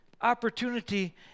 opportunity